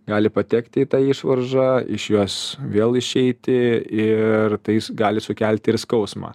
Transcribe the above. gali patekti į tą išvaržą iš jos vėl išeiti ir tai gali sukelti ir skausmą